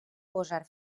posar